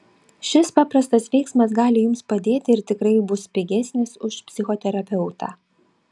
šis paprastas veiksmas gali jums padėti ir tikrai bus pigesnis už psichoterapeutą